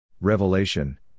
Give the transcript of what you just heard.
Revelation